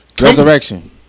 Resurrection